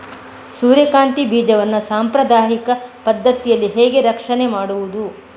ಸೂರ್ಯಕಾಂತಿ ಬೀಜವನ್ನ ಸಾಂಪ್ರದಾಯಿಕ ಪದ್ಧತಿಯಲ್ಲಿ ಹೇಗೆ ರಕ್ಷಣೆ ಮಾಡುವುದು